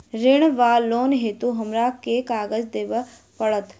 ऋण वा लोन हेतु हमरा केँ कागज देबै पड़त?